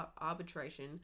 arbitration